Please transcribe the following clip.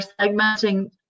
segmenting